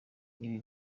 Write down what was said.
ibi